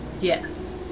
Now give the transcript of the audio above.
yes